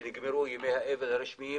שנגמרו ימי האבל הרשמיים,